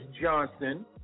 Johnson